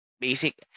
Basic